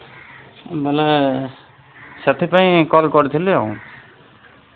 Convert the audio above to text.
ବୋଲେ ସେଥିପାଇଁ କଲ୍ କରିଥିଲି ଆଉ